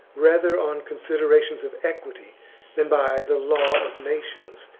rather on considerations of equity than by the law of nations,